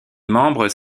membres